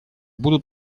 будут